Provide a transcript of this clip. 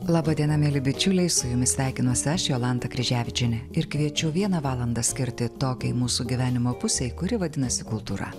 laba diena mieli bičiuliai su jumis sveikinuosi aš jolanta kryževičienė ir kviečiu vieną valandą skirti tokiai mūsų gyvenimo pusei kuri vadinasi kultūra